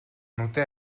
нүдээ